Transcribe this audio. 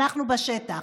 אנחנו בשטח.